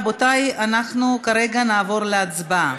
רבותי, אנחנו נעבור להצבעה.